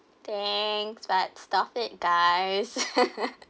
thanks but stop it guys